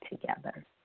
together